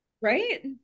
Right